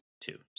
two